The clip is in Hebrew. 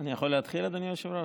יכול להתחיל, אדוני היושב-ראש?